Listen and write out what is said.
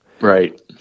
Right